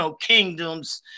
kingdoms